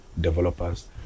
developers